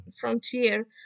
frontier